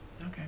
okay